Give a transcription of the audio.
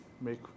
make